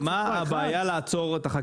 מה הבעיה לעצור את החקיקה?